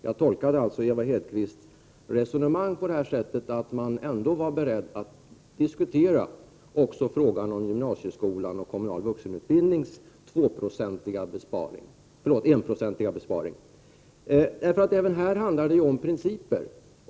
Jag tolkar Ewa Hedkvist Petersens resonemang på det sättet att man ändå var beredd att diskutera också frågan om den enprocentiga besparingen för gymnasieskolan och den kommunala vuxenutbildningen. Det handlar även här om principer.